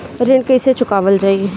ऋण कैसे चुकावल जाई?